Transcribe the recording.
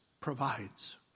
provides